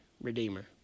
redeemer